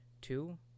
two